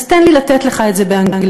אז תן לי לתת לך את זה באנגלית: